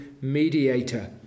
mediator